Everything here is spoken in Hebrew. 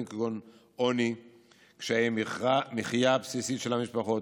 כגון עוני וקשיי מחיה בסיסיים של המשפחות,